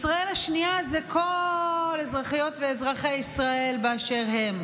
ישראל השנייה זה כל אזרחיות ואזרחי ישראל באשר הם,